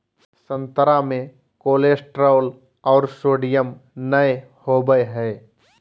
संतरा मे कोलेस्ट्रॉल और सोडियम नय होबय हइ